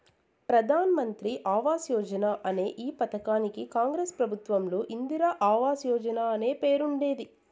ప్రధాన్ మంత్రి ఆవాస్ యోజన అనే ఈ పథకానికి కాంగ్రెస్ ప్రభుత్వంలో ఇందిరా ఆవాస్ యోజన అనే పేరుండేది